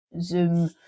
zoom